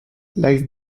live